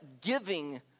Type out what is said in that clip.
giving